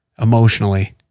emotionally